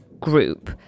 group